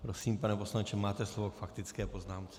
Prosím, pane poslanče, máte slovo k faktické poznámce.